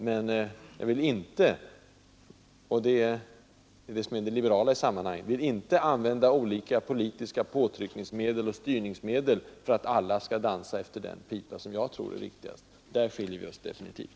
Men jag vill inte — och det är det som är det liberala i sammanhanget — använda olika politiska påtryckningsmedel och styrningsmedel för att få alla att dansa efter min pipa och göra vad jag anser vara riktigast. Där skiljer vi oss definitivt.